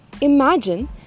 Imagine